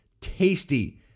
tasty